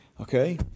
Okay